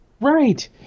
Right